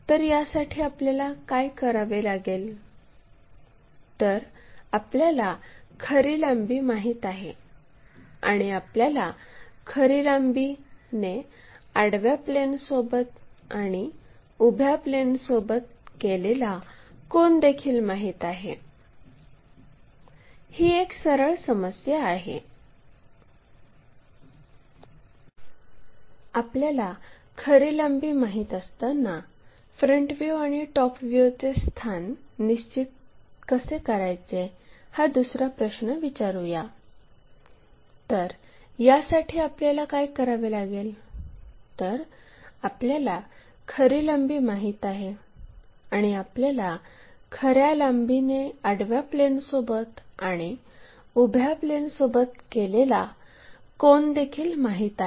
तर यासाठी आपल्याला काय करावे लागेल तर आपल्याला खरी लांबी माहित आहे आणि आपल्याला खऱ्या लांबीने आडव्या प्लेनसोबत आणि उभ्या प्लेनसोबत केलेला कोनदेखील माहित आहे